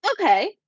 Okay